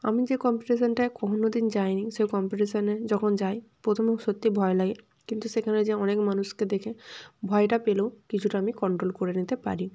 আমি যে কম্পিটিশানটায় কোনোদিন যাইনি সেই কম্পিটিশানে যখন যাই প্রথমে সত্যিই ভয় লাগে কিন্তু সেখানে যেয়ে অনেক মানুষকে দেখে ভয়টা পেলেও কিছুটা আমি কন্ট্রোল করে নিতে পারি